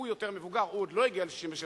הוא יותר מבוגר ועוד לא הגיע ל-67,